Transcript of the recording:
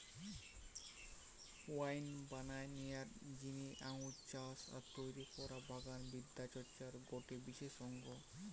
wine বানানিয়ার জিনে আঙ্গুর চাষ আর তৈরি করা বাগান বিদ্যা চর্চার গটে বিশেষ অঙ্গ